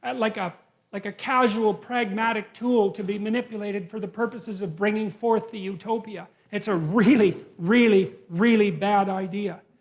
and like ah like a casual pragmatic tool to be manipulated for the purposes of bringing forth the utopia. it's a really, really, really bad idea.